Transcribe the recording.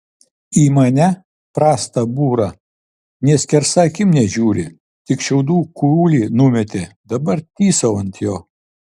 į mane prastą būrą nė skersa akim nežiūri tik šiaudų kūlį numetė dabar tysau ant jo